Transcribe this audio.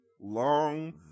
long